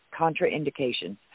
contraindications